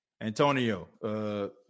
Antonio